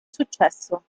successo